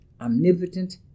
omnipotent